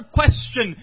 question